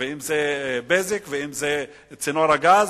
אם "בזק" ואם צינור הגז,